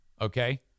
Okay